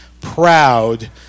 proud